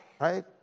right